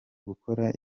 gukora